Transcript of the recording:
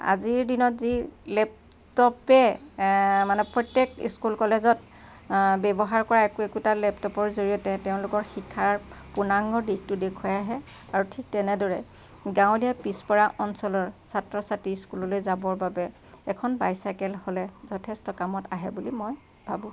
আজিৰ দিনত যি লেপটপে মানে প্ৰত্যেক স্কুল কলেজত ব্যৱহাৰ কৰা একো একোটা লেপটপৰ জৰিয়তে তেওঁলোকৰ শিক্ষাৰ পূৰ্ণাঙ্গ দিশটো দেখুৱাই আহে আৰু ঠিক তেনেদৰে গাঁৱলীয়া পিচপৰা অঞ্চলৰ ছাত্ৰ ছাত্ৰী স্কুললৈ যাবৰ বাবে এখন বাইচাইকেল হ'লে যথেষ্ট কামত আহে বুলি মই ভাবোঁ